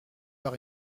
par